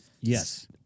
Yes